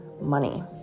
money